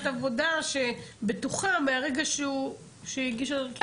עבודה בטוחה מהרגע שהיא הגישה את התלונה?